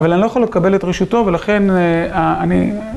אבל אני לא יכול לקבל את רשותו, ולכן אני...